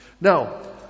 Now